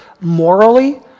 morally